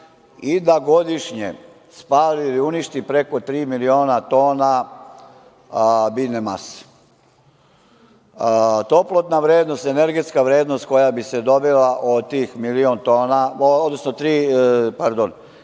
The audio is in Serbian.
i da godišnje spali ili uništi preko tri miliona tona biljne mase. Toplotna vrednost, energetska vrednost koja bi se dobila od tri miliona tona, dobili bismo